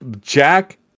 Jack